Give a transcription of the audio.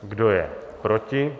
Kdo je proti?